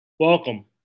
Welcome